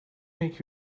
make